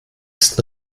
ist